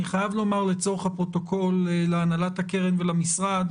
אני חייב לומר לצורך הפרוטוקול להנהלת הקרן ולמשרד,